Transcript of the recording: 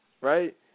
right